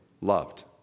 loved